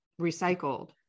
recycled